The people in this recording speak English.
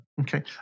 okay